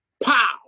Pow